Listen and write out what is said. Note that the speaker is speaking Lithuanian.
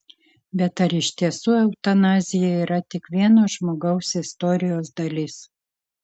bet ar iš tiesų eutanazija yra tik vieno žmogaus istorijos dalis